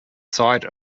site